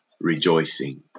rejoicing